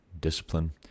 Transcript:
discipline